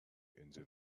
into